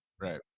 Right